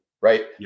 right